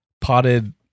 potted